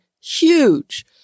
huge